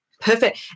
Perfect